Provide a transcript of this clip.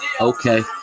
Okay